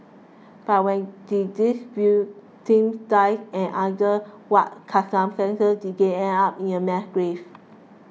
but when did these victims die and under what circumstances did they end up in a mass grave